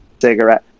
cigarette